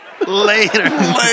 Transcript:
Later